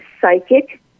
psychic